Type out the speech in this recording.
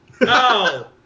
No